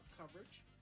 coverage